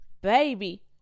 Baby